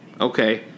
Okay